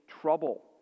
trouble